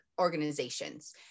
organizations